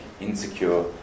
insecure